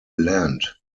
land